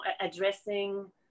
addressing